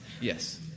Yes